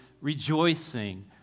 rejoicing